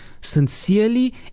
sincerely